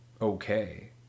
okay